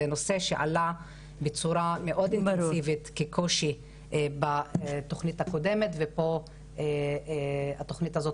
זה נושא שעלה כקושי בתוכנית הקודמת והתוכנית הזאת